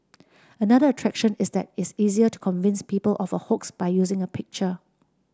another attraction is that it's easier to convince people of a hoax by using a picture